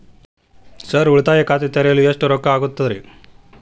Sir ಉಳಿತಾಯ ಖಾತೆ ತೆರೆಯಲು ಎಷ್ಟು ರೊಕ್ಕಾ ಆಗುತ್ತೇರಿ?